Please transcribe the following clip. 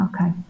Okay